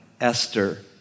Esther